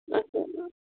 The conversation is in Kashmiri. اَچھا